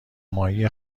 ماهی